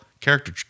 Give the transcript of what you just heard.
character